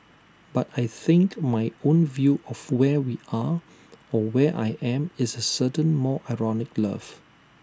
but I think my own view of where we are or where I am is A certain more ironic love